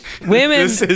women